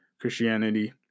Christianity